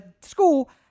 school